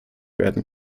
werden